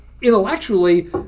intellectually